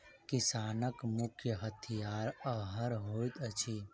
किसानक मुख्य हथियार हअर होइत अछि